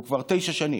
והוא כבר תשע שנים.